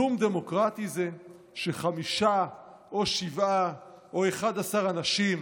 כלום זה דמוקרטי שחמישה או שבעה או 11 אנשים